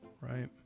right